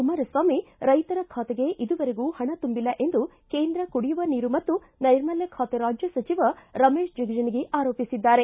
ಕುಮಾರಸ್ನಾಮಿ ರೈತರ ಖಾತೆಗೆ ಇದುವರೆಗೂ ಹಣ ತುಂಬಿಲ್ಲ ಎಂದು ಕೇಂದ್ರ ಕುಡಿಯುವ ನೀರು ಮತ್ತು ನೈರ್ಮಲ್ಡ ಖಾತೆ ರಾಜ್ಯ ಸಚಿವ ರಮೇಶ್ ಜಿಗಜಿಣಗಿ ಆರೋಪಿಸಿದ್ದಾರೆ